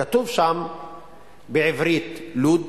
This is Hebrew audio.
כתוב שם בעברית "לוד",